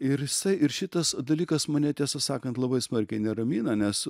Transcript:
ir jisai ir šitas dalykas mane tiesą sakant labai smarkiai neramina nes